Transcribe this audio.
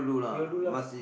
he will do lah